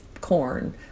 corn